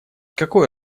какое